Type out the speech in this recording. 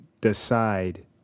decide